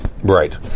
Right